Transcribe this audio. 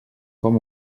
com